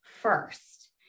first